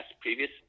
previous